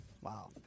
Wow